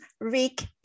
Rick